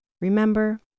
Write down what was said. Remember